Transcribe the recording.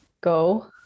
go